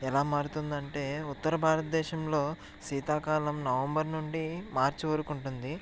ఎలా మారుతుంది అంటే ఉత్తర భారతదేశంలో శీతాకాలం నవంబర్ నుండి మార్చి వరకు ఉంటుంది